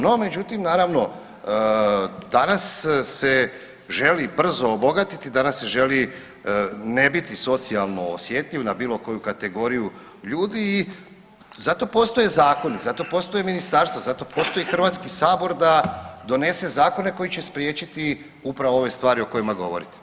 No, međutim naravno danas se želi brzo obogatiti, danas se želi ne biti socijalno osjetljiv na bilo koju kategoriju ljudi i zato postoje zakoni, zato postoje ministarstva, zato postoji HS da donese zakone koji će spriječiti upravo ove stvari o kojima govorite.